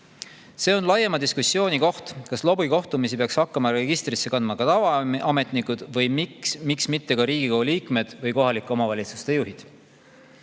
See on laiema diskussiooni koht, kas lobikohtumisi peaks hakkama registrisse kandma ka tavaametnikud või, miks mitte, ka Riigikogu liikmed ja kohalike omavalitsuste